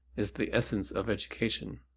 is the essence of education.